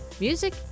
Music